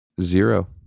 Zero